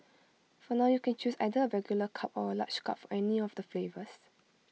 for now you can choose either A regular cup or A large cup for any of the flavours